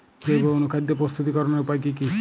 জৈব অনুখাদ্য প্রস্তুতিকরনের উপায় কী কী?